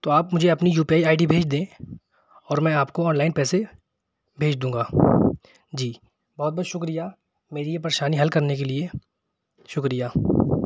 تو آپ مجھے اپنی U P I I D بھیج دیں اور میں آپ کو آنلائن پیسے بھیج دوں گا جی بہت بہت شکریہ میری یہ پریشانی حل کر نے کے لیے شکریہ